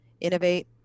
innovate